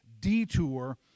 detour